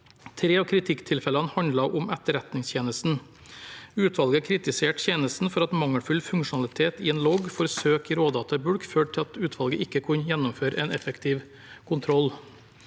Tre av kritikktilfellene handler om Etterretningstjenesten. Utvalget kritiserte tjenesten for at mangelfull funksjonalitet i en logg for søk i rådata i bulk førte til at utvalget ikke kunne gjennomføre en effektiv kontroll.